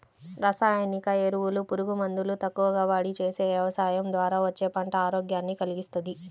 రసాయనిక ఎరువులు, పురుగు మందులు తక్కువగా వాడి చేసే యవసాయం ద్వారా వచ్చే పంట ఆరోగ్యాన్ని కల్గిస్తది